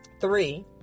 three